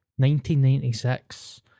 1996